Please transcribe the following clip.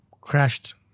crashed